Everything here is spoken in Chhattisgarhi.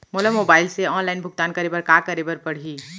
मोला मोबाइल से ऑनलाइन भुगतान करे बर का करे बर पड़ही?